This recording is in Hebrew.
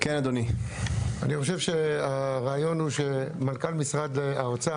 אני חושב שהרעיון הוא שמנכ״לֹ משרד האוצר